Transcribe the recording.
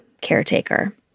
caretaker